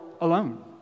alone